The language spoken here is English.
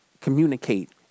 communicate